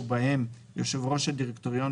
ובהם יושב ראש הדירקטוריון,